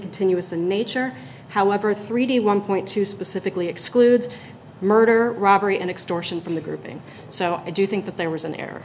continuous and nature however three d one point two specifically excludes murder robbery and extortion from the grouping so i do think that there was an